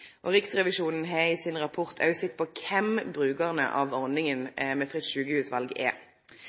og andre. Riksrevisjonen har i rapporten sin også sett på kven brukarane som nyttar ordninga med fritt sjukehusval, er.